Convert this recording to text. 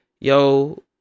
Yo